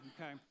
okay